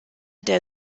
der